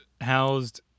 housed